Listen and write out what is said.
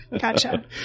Gotcha